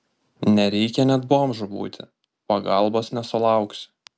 nereikia net bomžu būti pagalbos nesulauksi